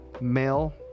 male